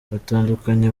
batandukanye